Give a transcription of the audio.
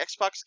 Xbox